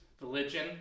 religion